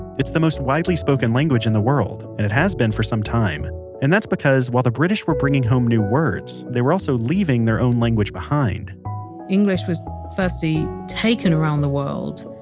it's the most widely spoken language in the world, and has been for some time and that's because while the british were bringing home new words, they were also leaving their own language behind english was firstly taken around the world,